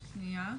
שנייה.